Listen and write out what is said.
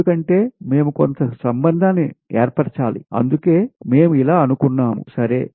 ఎందుకంటే మేము కొంత సంబంధాన్ని ఏర్పరచాలి అందుకే మేము అలా అనుకున్నాముసరే